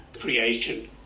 creation